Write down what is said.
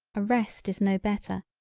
a rest is no better.